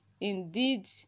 indeed